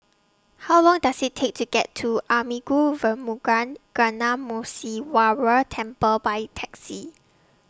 How Long Does IT Take to get to Arulmigu Velmurugan Gnanamuneeswarar Temple By Taxi